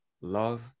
love